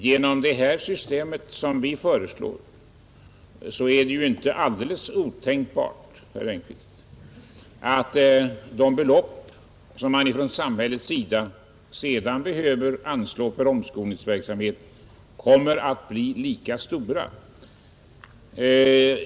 Genom det system som vi föreslår är det inte helt otänkbart, herr Engkvist, att de belopp som man från samhällets sida i framtiden behöver anslå för omskolningsverksamhet kan komma att bli mindre.